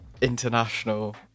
international